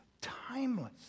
timeless